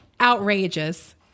outrageous